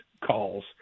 calls